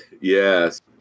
Yes